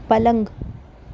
پلنگ